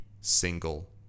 single